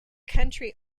country